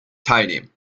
teilnehmen